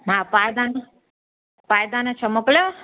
मां पाइदान पाइदान छह मोकिलियांव